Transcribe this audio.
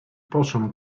possono